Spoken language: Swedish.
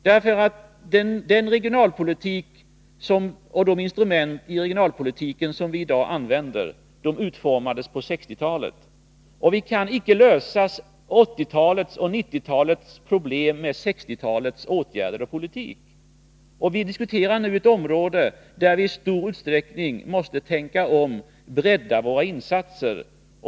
Den regionalpolitik och de instrument i regionalpolitiken som vi i dag använder utformades nämligen på 1960-talet, och vi kan icke lösa 1980-talets och 1990-talets problem med 1960-talets åtgärder och politik. Vi diskuterar nu ett område där vi i stor utsträckning måste tänka om och bredda våra insatser.